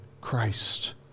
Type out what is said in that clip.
Christ